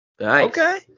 Okay